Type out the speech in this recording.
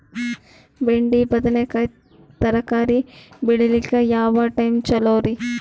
ಬೆಂಡಿ ಬದನೆಕಾಯಿ ತರಕಾರಿ ಬೇಳಿಲಿಕ್ಕೆ ಯಾವ ಟೈಮ್ ಚಲೋರಿ?